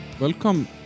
Welcome